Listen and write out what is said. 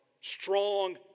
strong